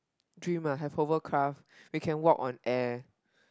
dream ah have a hover craft we can walk on air